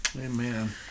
amen